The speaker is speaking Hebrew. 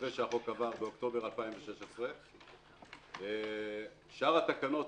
אחרי שהחוק עבר באוקטובר 2016 - שאר התקנות,